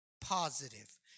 positive